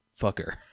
Fucker